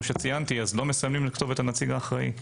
שציינתי לא מסיימים לכתוב את הנציג האחראי.